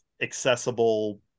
accessible